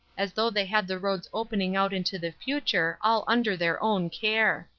as though they had the roads opening out into the future, all under their own care!